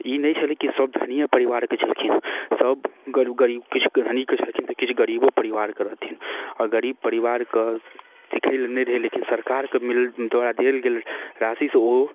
ई नहि छलै कि सब धनिके परिवारके छलखिन सब ग गरीब किछु धनिकके छलखिन तऽ किछु गरीबो परिवारके रहथिन आओर गरीब परिवारके सिखैलए नहि रहै लेकिन सरकारके मिलिके द्वारा देल गेल राशिसँ ओ